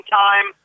time